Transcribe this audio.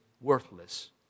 worthless